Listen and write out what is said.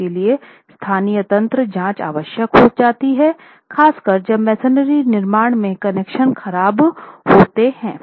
इसलिए स्थानीय तंत्र जाँच आवश्यक हो जाती है खासकर जब मसोनरी निर्माण में कनेक्शन खराब होते हैं